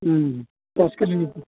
अँ दस किलो